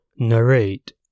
Narrate